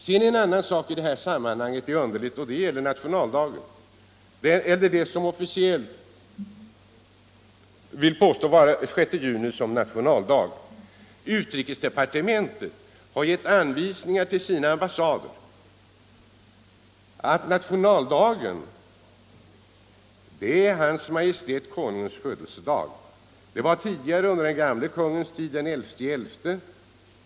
Också en annan sak är underlig i detta sammanhang, och det gäller nationaldagen, som officiellt anses vara den 6 juni. Utrikesdepartementet — Nr 7 har till sina ambassader gett anvisningar om att hans majestät konungens födelsedag skall vara nationaldag. Det var under den gamle kungens tid den 11 november.